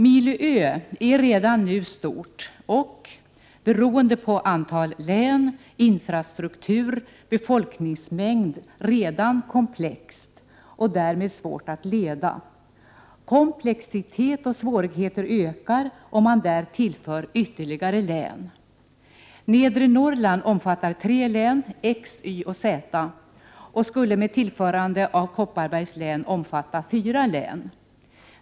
Milo Ö är redan nu stort och, beroende på antalet län, infrastruktur och befolkningsmängd, redan komplext och därmed svårt att leda. Komplexitet och svårigheter ökar om man tillför ytterligare ett län till Milo Ö. Nedre Norrland omfattar tre län, nämligen X, Y och Z län, och skulle med tillförande av Kopparbergs län komma att omfatta fyra län.